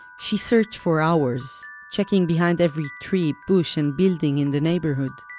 she searched for hours, checking behind every tree, bush and building in the neighborhood.